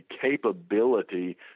capability